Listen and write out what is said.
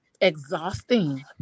exhausting